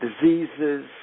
diseases